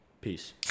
Peace